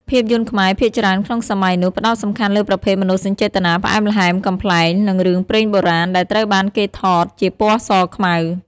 ភាពយន្តខ្មែរភាគច្រើនក្នុងសម័យនោះ ផ្ដោតសំខាន់លើប្រភេទមនោសញ្ចេតនា ផ្អែមល្ហែម កំប្លែង និងរឿងព្រេងបុរាណ ដែលត្រូវបានគេថតជាពណ៌សខ្មៅ។